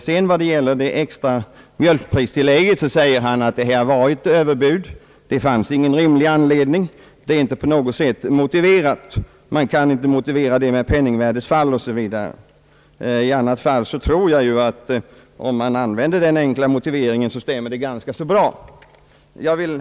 När det gäller det extra mjölkpristillägget säger han, att detta var ett överbud, att det inte finns rimlig anledning till detta, att det inte på något sätt är motiverat, att man inte kan motivera det med penningvärdefall 0. S. v. Annars tror jag, att om man använder den enkla motiveringen så stämmer det ganska bra.